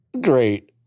great